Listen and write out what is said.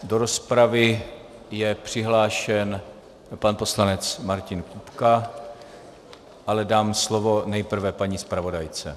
Do rozpravy je přihlášen pan poslanec Martin Kupka, ale dám slovo nejprve paní zpravodajce.